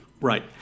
Right